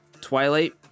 Twilight